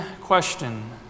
question